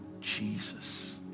jesus